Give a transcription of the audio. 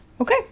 okay